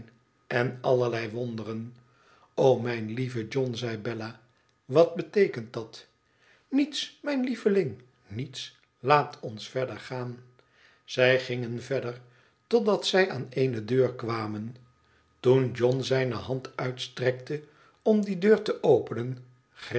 en allerlei wonderen mijn lieve john zei bella wat beteekent dat niets mijn lieveling niets laat ons verder gaan zij gingen verder totdat zij aan eene deur kwamen toen john zijne hand uitstrekte om die deur te openen